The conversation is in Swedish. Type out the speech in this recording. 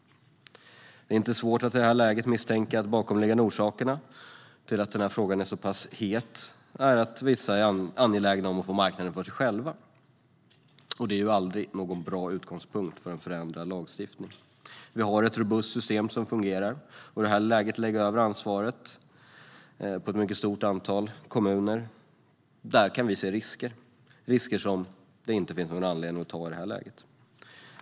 Det är inte svårt att i det här läget misstänka att de bakomliggande orsakerna till att frågan är så pass het är att vissa är angelägna om att få marknaden för sig själva. Det är aldrig någon bra utgångspunkt för en förändrad lagstiftning. Vi har ett robust system som fungerar. Om man i det läget skulle lägga över ansvaret på ett mycket stort antal kommuner kan vi se risker - risker som det inte finns någon anledning att ta i det här läget.